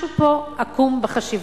משהו פה עקום בחשיבה,